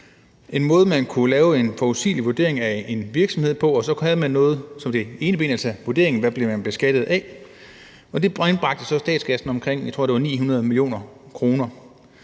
en måde, man kunne lave en forudsigelig vurdering af en virksomhed på, og så havde man noget som det ene ben – altså vurderingen: hvad man bliver beskattet af – og det indbragte så statskassen omkring 900 mio. kr.,